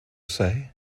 say